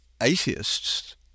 atheists